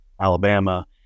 Alabama